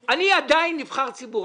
אני עדיין נבחר ציבור,